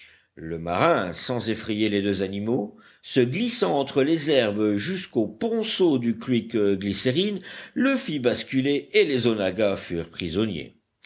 le marin sans effrayer les deux animaux se glissant entre les herbes jusqu'au ponceau du creek glycérine le fit basculer et les onaggas furent prisonniers